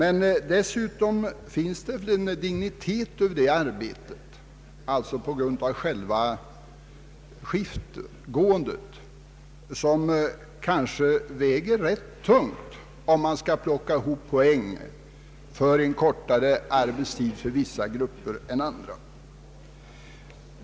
Dessutom finns det en dignitet över detta arbete — alltså på grund av själva skiftgåendet — som kanske väger rätt tungt, om man skall plocka ihop poäng för en kortare arbetstid för vissa grupper.